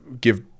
give